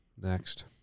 Next